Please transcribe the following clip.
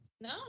No